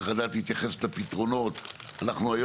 צריך לדעת להתייחס לפתרונות.